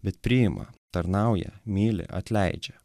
bet priima tarnauja myli atleidžia